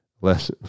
less